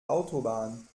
autobahn